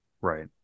Right